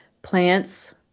Plants